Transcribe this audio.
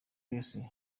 grace